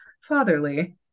fatherly